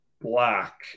black